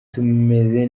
tumeze